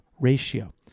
ratio